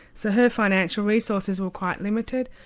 so her financial resources were quite limited.